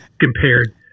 compared